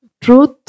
truth